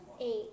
Eight